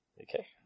Okay